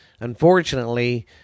Unfortunately